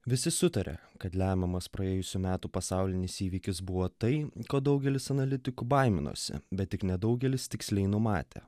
visi sutaria kad lemiamas praėjusių metų pasaulinis įvykis buvo tai ko daugelis analitikų baiminosi bet tik nedaugelis tiksliai numatė